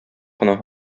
кына